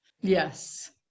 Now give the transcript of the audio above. Yes